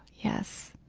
yes.